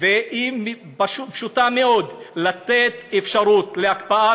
והיא פשוטה מאוד: לתת אפשרות להקפאת